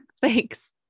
Thanks